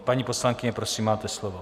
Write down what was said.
Paní poslankyně, prosím, máte slovo.